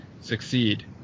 succeed